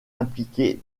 impliquée